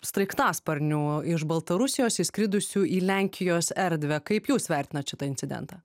sraigtasparnių iš baltarusijos įskridusių į lenkijos erdvę kaip jūs vertinate šitą incidentą